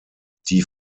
die